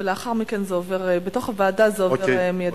ולאחר מכן בתוך הוועדה זה עובר מייד.